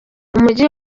umujyi